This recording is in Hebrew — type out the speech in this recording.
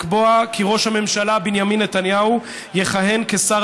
לקבוע כי ראש הממשלה בנימין נתניהו יכהן כשר